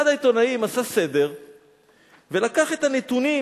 אחד העיתונאים עשה סדר ולקח את הנתונים